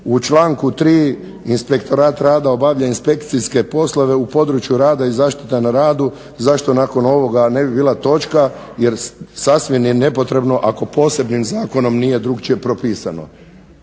U članku 3. Inspektorat rada obavlja inspekcijske poslove u području rada i zaštite na radu. Zašto nakon ovoga ne bi bila točka? Jer sasvim je nepotrebno ako posebnim zakonom nije drukčije propisano.